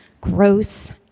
gross